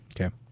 okay